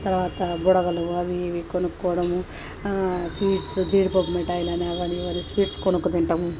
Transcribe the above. తర్వాత బుడగలు అవి ఇవి కొనుక్కోవడము స్వీట్స్ జీడిపప్పు మిఠాయిలని అవని ఇవని స్వీట్స్ కొనుక్కుతింటాం